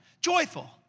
Joyful